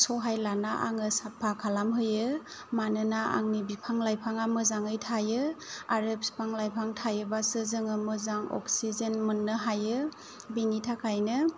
सहाय लाना आङो साफा खालामहोयो मानोना आंनि बिफां लाइफाङा मोजाङै आरो बिफां लाइफां थायोब्लासो जों मोजां अक्सिजेन मोननो हायो बेनि थाखायनो